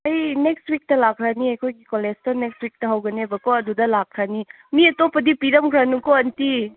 ꯑꯩ next week ꯂꯥꯛꯈ꯭ꯔꯅꯤ ꯑꯩꯈꯣꯏ ꯀꯣꯂꯦꯖꯇꯣ ꯅꯦꯛꯁ ꯋꯤꯛꯇ ꯍꯧꯒꯅꯦꯕꯀꯣ ꯑꯗꯨꯗ ꯂꯥꯛꯈ꯭ꯔꯅꯤ ꯃꯤ ꯑꯇꯣꯞꯄꯗꯤ ꯄꯤꯔꯝꯈ꯭ꯔꯅꯨꯀꯣ ꯑꯟꯇꯤ